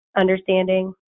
understanding